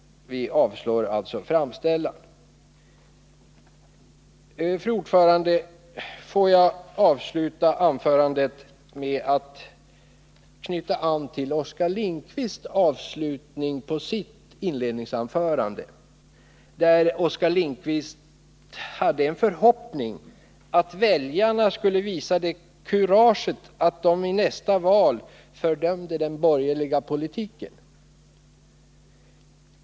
Vi avstyrker alltså framställningen. Fru talman! Låt mig avsluta anförandet med att knyta an till Oskar Lindkvists avslutning på sitt inledningsanförande. Oskar Lindkvist framförde förhoppningen att väljarna skulle visa kurage att i nästa val fördöma den borgerliga politiken.